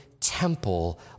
temple